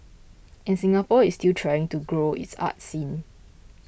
and Singapore is still trying to grow its arts scene